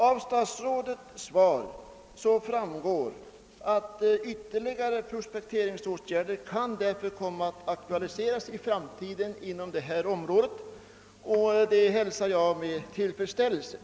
Av statsrådets svar framgår att ytterligare prospekteringsåtgärder kan komma att aktualiseras inom området, och detta hälsar jag med tillfredsställelse.